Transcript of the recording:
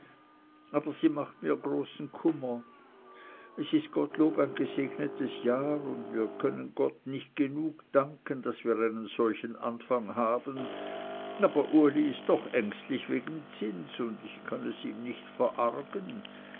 aber sie macht mir großen kummer es ist gottlob ein gesegnetes jahr und wir können gott nicht genug danken daß wir einen solchen anfang haben aber uli ist doch ängstlich wegem zins und ich kann es ihm nicht verargen